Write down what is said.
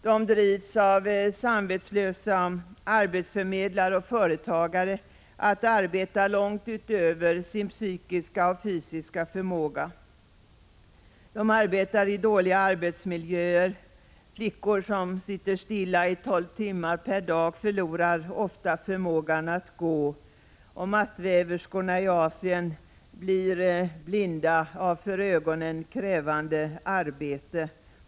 De drivs av samvetslösa arbetsförmedlare och företagare till att arbeta långt utöver sin psykiska och fysiska förmåga. De arbetar i dåliga arbetsmiljöer. Flickor som sitter stilla i tolv timmar per dag förlorar ofta förmågan att gå och mattväverskorna i Asien blir blinda av ett för ögonen alltför krävande arbete.